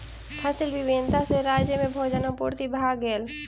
फसिल विविधता सॅ राज्य में भोजन पूर्ति भ गेल